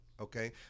Okay